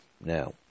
now